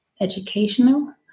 educational